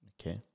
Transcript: Okay